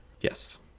yes